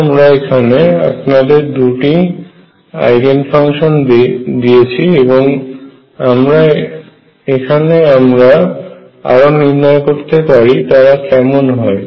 এখন আমরা এখানে আপনাদের দুটি আইগেন ফাংশন দিয়েছি এবং এখানে আমরা আরও নির্ণয় করতে পারি তারা কেমন হয়